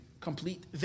complete